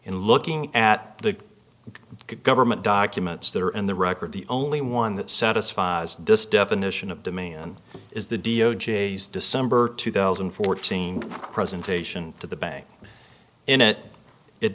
in looking at the government documents that are in the record the only one that satisfy this definition of demand is the d o j december two thousand and fourteen presentation to the bank in it it